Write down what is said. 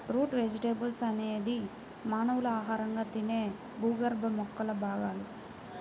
route vegetables అనేది మానవులు ఆహారంగా తినే భూగర్భ మొక్కల భాగాలు